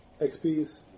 XPs